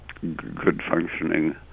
good-functioning